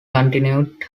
continued